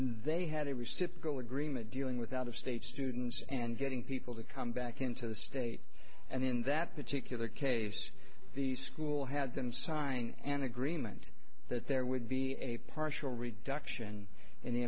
they had a reciprocal agreement dealing with out of state students and getting people to come back into the state and in that particular case the school had them sign an agreement that there would be a partial reduction